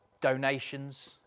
donations